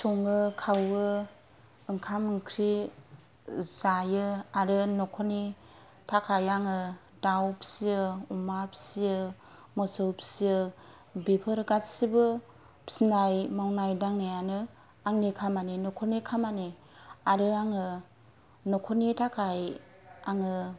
सङो खावो ओंखाम ओंख्रि जायो आरो न'खरनि थाखाय आङो दाउ फिसियो अमा फिसियो मोसौ फिसियो बेफोर गासैबो फिसिनाय मावनाय दांनायानो आंनि खामानि न'खरनि खामानि आरो आङो न'खरनि थाखाय आङो